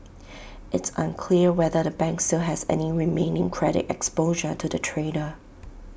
it's unclear whether the bank still has any remaining credit exposure to the trader